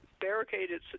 barricaded